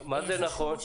מה זה נכון?